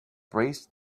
braced